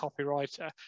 copywriter